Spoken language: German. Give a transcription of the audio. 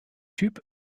typ